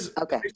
Okay